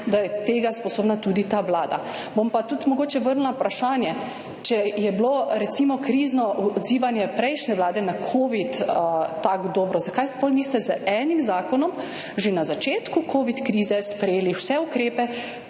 da je tega sposobna tudi ta Vlada. Bom pa tudi mogoče vrnila vprašanje, če je bilo recimo krizno odzivanje prejšnje Vlade na covid tako dobro, zakaj potem niste z enim zakonom že na začetku covid krize sprejeli vse ukrepe,